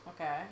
Okay